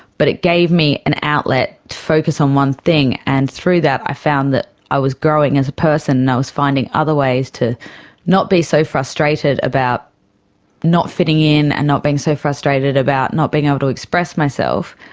but it gave me an outlet to focus on one thing, and through that i found that i was growing as a person and i was finding other ways to not be so frustrated about not fitting in and not being so frustrated about not being able to express myself.